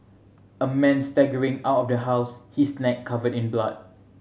a man staggering out of the house his neck covered in blood